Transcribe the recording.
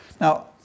Now